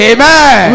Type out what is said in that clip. Amen